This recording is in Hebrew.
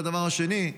והדבר השני,